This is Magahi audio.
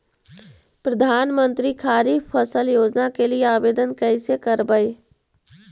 प्रधानमंत्री खारिफ फ़सल योजना के लिए आवेदन कैसे करबइ?